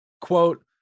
Quote